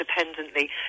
independently